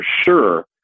sure